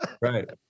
Right